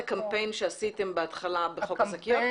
מאז הקמפיין שעשיתם בהתחלה בחוק השקיות,